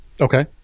Okay